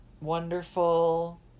wonderful